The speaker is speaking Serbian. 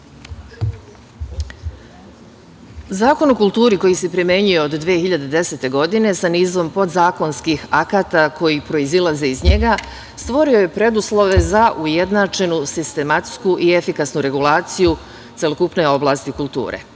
Zakon o kulturi koji se primenjuje od 2010. godine sa nizom podzakonskih akata koji proizilaze iz njega stvorio je preduslove za ujednačenu, sistematsku i efikasnu regulaciju celokupne oblasti kulture. Izmene